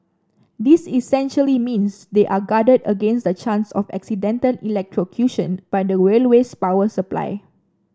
this essentially means they are guarded against the chance of accidental electrocution by the railway's power supply